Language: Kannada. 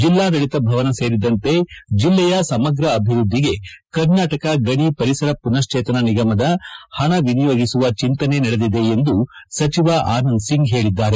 ಜಿಲ್ಲಾಡಳಿತ ಭವನ ಸೇರಿದಂತೆ ಜಿಲ್ಲೆಯ ಸಮಗ್ರ ಅಭಿವೃದ್ಧಿಗೆ ಕರ್ನಾಟಕ ಗಣಿ ಪರಿಸರ ಪುನಕ್ಷೇತನ ನಿಗಮದ ಹಣ ಎನಿಯೋಗಿಸುವ ಚಿಂತನೆ ನಡೆದಿದೆ ಎಂದು ಸಚಿವ ಆನಂದ್ ಸಿಂಗ್ ಹೇಳಿದ್ದಾರೆ